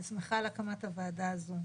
אני שמחה על הקמת הוועדה הזאת.